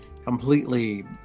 completely